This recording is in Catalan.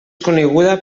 coneguda